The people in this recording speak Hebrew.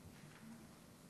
תודה רבה, אדוני היושב-ראש.